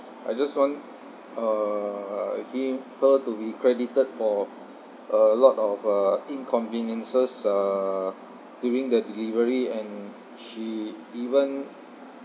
I just want uh him her to be credited for uh a lot of uh inconveniences uh during the delivery and she even